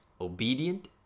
obedient